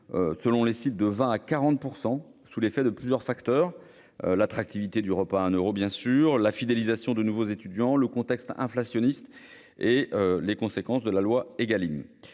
selon les sites, de 20 % à 40 %, sous l'effet de plusieurs facteurs : attractivité du repas à un euro, fidélisation de nouveaux étudiants, contexte inflationniste et conséquences de la loi pour